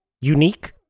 unique